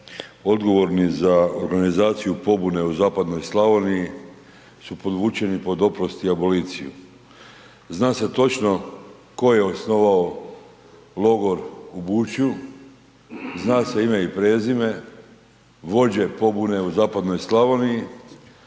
odgovorni za organizaciju pobune u zapadnoj Slavoniji su podvučeni pod oprost i aboliciju. Zna se točno ko je osnovao logor u Bučju, zna se ime i prezime, vođe pobune u zapadnoj Slavoniji,